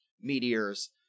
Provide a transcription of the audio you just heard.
meteors